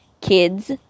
kids